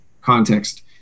context